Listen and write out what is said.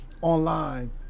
online